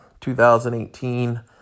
2018